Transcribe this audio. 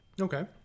Okay